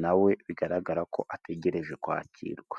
nawe bigaragara ko ategereje kwakirwa.